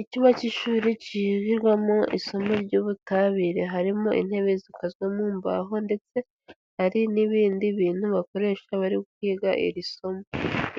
Icyumba cy'ishuri kigirwamo isomo ry'ubutabire, harimo intebe zikozwemo mu mbaho ndetse hari n'ibindi bintu bakoresha bari kwiga iri somo,